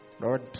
Lord